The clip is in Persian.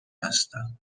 هستم